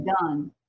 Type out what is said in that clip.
done